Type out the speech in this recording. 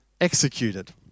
executed